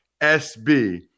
SB